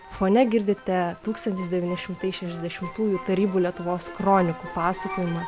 fone girdite tūkstantis devyni šimtai šešiasdešimtųjų tarybų lietuvos kronikų pasakojimą